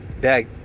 back